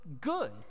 good